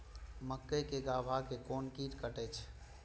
मक्के के गाभा के कोन कीट कटे छे?